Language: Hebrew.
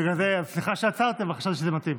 בגלל זה, סליחה שעצרתי, אבל חשבתי שזה מתאים.